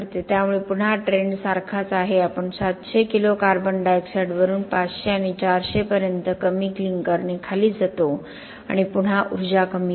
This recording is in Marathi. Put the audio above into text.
त्यामुळे पुन्हा ट्रेंड सारखाच आहे आपण 700 किलो कार्बन डायॉक्साइड वरून 500 आणि 400 पर्यंत कमी क्लिंकरने खाली जातो आणि पुन्हा ऊर्जा कमी होते